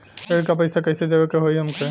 ऋण का पैसा कइसे देवे के होई हमके?